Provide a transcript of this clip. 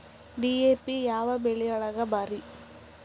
DAP ಯಾವ ಬೆಳಿಗೊಳಿಗ ಭಾರಿ?